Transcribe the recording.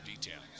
details